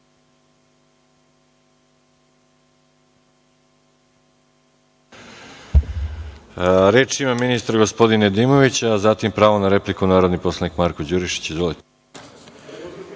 ima ministar Nedimović, a zatim pravo na repliku narodni poslanik Marko Đurišić.